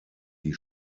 die